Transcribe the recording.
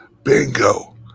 Bingo